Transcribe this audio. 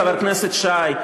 חבר הכנסת שי,